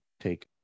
take